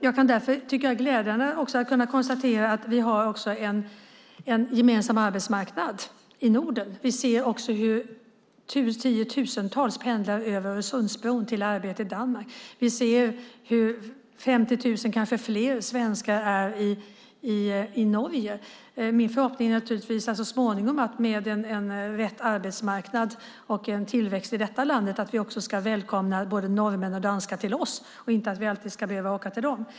Jag tycker därför att det är glädjande att kunna konstatera att vi också har en gemensam arbetsmarknad i Norden. Vi ser hur tio tusentals pendlar över Öresundsbron till arbete i Danmark. Vi ser hur 50 000 svenskar, kanske fler, är i Norge. Min förhoppning är naturligtvis att vi så småningom, med rätt arbetsmarknad och tillväxt i det här landet, också ska kunna välkomna både norrmän och danskar till oss och att vi inte alltid ska behöva åka till dem.